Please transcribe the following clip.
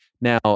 Now